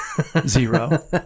Zero